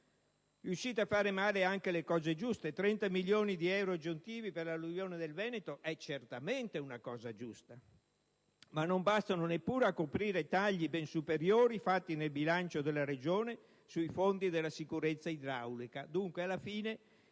riuscite a fare male anche le cose giuste. La previsione di 30 milioni di euro aggiuntivi per l'alluvione del Veneto è certamente una cosa giusta, una cifra che però non basta neppure a coprire tagli ben superiori fatti nel bilancio della Regione sui fondi della sicurezza idraulica. Dunque, alla fine